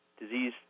disease